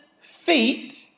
feet